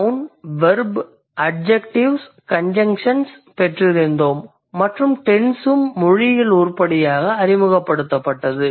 noon verb adjectives conjunctions பெற்றிருந்தோம் மற்றும் tense உம் மொழியியல் உருப்படியாக அறிமுகப்படுத்தப்பட்டது